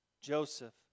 Joseph